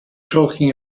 talking